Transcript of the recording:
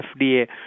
FDA